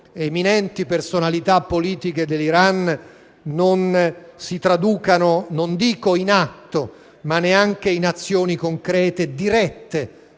eminenti personalità politiche dell'Iran, non si traducano, non dico in atto, ma neanche in azioni concrete dirette